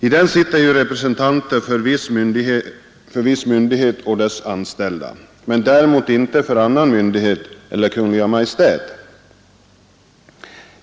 I denna sitter representanter för viss myndighet och dess anställda. Åre granskningsarbete Däremot inte representanter för andra myndigheter eller för Kungl. Maj:t.